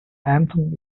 anthem